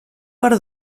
per